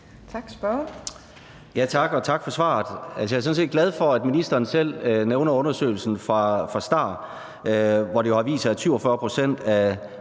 Tak, og tak for svaret. Jeg er sådan set glad for, at ministeren selv nævner undersøgelsen fra STAR, hvor det jo har vist sig, at 47 pct. af